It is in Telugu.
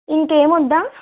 ఇంకా ఏమి వద్దా